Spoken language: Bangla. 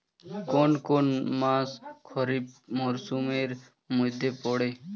কোন কোন মাস খরিফ মরসুমের মধ্যে পড়ে?